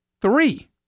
Three